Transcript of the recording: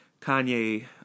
Kanye